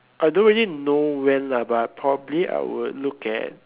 I don't really know when lah but probably I would look at